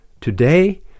today